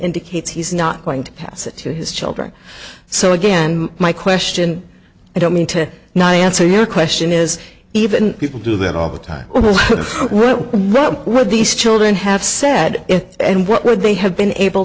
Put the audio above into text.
indicates he's not going to pass it to his children so again my question i don't mean to ny answer your question is even people do that all the time but what were these children have said it and what would they have been able